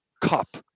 cup